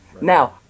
now